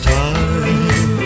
time